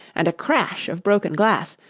and a crash of broken glass,